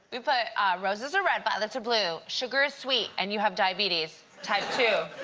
we put roses are red, violets are blue, sugar is sweet and you have diabetes type two.